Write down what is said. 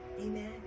Amen